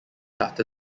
after